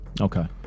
Okay